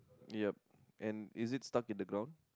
yup and is it stuck in the ground